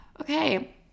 Okay